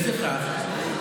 לפיכך,